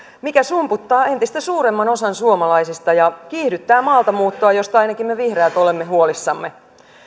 mikä sumputtaa entistä suuremman osan suomalaisista ja kiihdyttää maaltamuuttoa mistä ainakin me vihreät olemme huolissamme